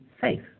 safe